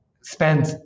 spend